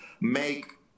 make